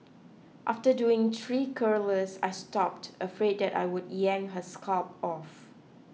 after doing three curlers I stopped afraid that I would yank her scalp off